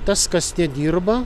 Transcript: tas kas nedirba